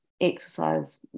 exercise